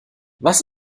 was